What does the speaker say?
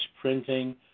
printing